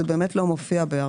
שלא.